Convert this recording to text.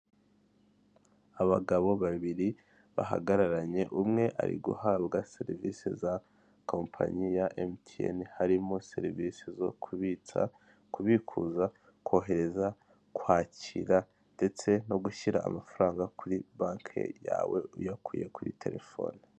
Abagabo babiri bahagararanye umwe ari guhabwa serivisi za kompanyi ya emutiyeni. Harimo serivisi zo kubitsa kubikuza, kohereza, kwakira ndetse no gushyira amafaranga kuri banki yawe uyakuye kuri telefoni.